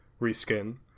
reskin